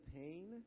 pain